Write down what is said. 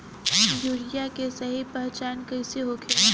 Urea के सही पहचान कईसे होखेला?